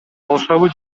алышабы